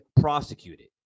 prosecuted